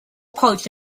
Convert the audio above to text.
parts